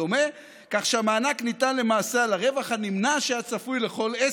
כך שהמענק ניתן למעשה על הרווח הנמנע שהיה צפוי לכל עסק.